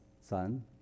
son